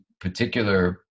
particular